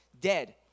dead